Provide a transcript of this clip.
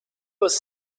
was